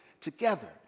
together